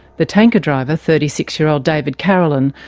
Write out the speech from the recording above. the tanker driver, thirty six year old david carolan,